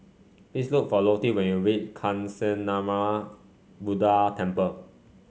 please look for Lottie when you reach Kancanarama Buddha Temple